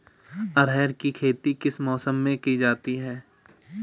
अरहर की खेती किस मौसम में की जाती है?